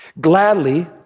Gladly